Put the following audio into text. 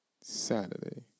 Saturday